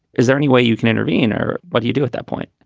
is there any way you can intervene or what do you do at that point?